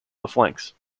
flanks